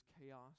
chaos